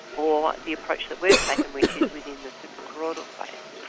or the approach that we've taken which is within the suprachoroidal space.